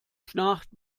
schnarcht